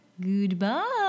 Goodbye